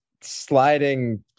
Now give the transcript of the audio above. sliding